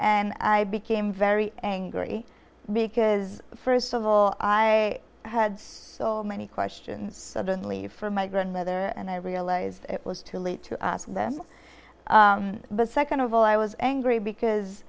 and i became very angry because first of all i had so many questions suddenly for my grandmother and i realized it was too late to ask this but second of all i was angry because